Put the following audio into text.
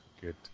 good